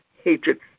hatred